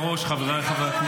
פקודה.